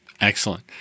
Excellent